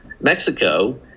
Mexico